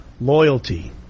loyalty